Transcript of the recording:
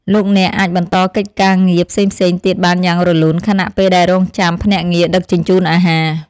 លោកអ្នកអាចបន្តកិច្ចការងារផ្សេងៗទៀតបានយ៉ាងរលូនខណៈពេលដែលរង់ចាំភ្នាក់ងារដឹកជញ្ជូនអាហារ។